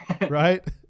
right